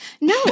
No